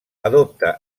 adopta